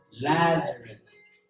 Lazarus